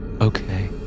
Okay